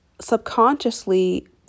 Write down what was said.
subconsciously